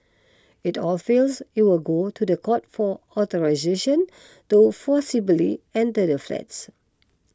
if all fails it will go to the court for authorisation to forcibly enter the flats